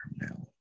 now